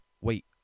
wait